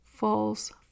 false